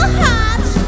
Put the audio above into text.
hot